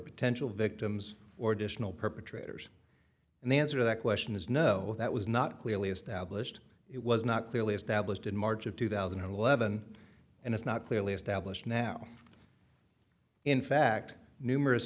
potential victims or dish will perpetrators and the answer to that question is no that was not clearly established it was not clearly established in march of two thousand and eleven and is not clearly established now in fact numerous